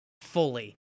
fully